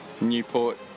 Newport